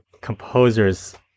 composers